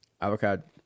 Avocado